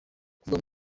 kuvuga